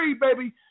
baby